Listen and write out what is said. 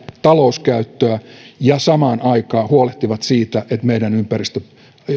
talouskäyttöä ja samaan aikaan huolehtivat siitä että meidän